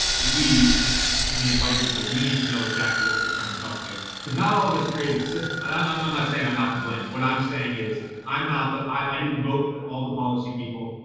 we meaning white people we need to know exactly what we're trying to solve here. cuz not all of us created the system, but and i'm not saying i'm not to blame. what i'm saying is i'm not the, i didn't vote for all the policy people.